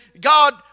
God